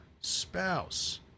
spouse